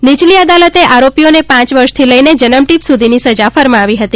નીચલી અદાલતે આરોપીઓને પ વર્ષથી લઇને જનમટીપ સુધીની સજા ફરમાવી હતી